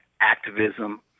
activism